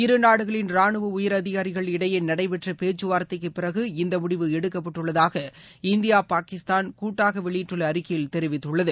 இருநாடுகளின் ராணுவ உயரதிகாரிகள் இடையே நடைபெற்ற பேச்சுவார்த்தைக்கு பிறகு இந்த முடிவு எடுக்கப்பட்டுள்ளதாக இந்தியா பாகிஸ்தான் கூட்டாக வெளியிட்டுள்ள அறிக்கையில் தெரிவித்துள்ளது